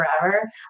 forever